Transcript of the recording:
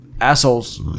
assholes